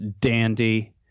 dandy